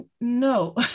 no